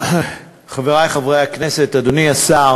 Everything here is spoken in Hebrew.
אדוני.